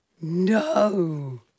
No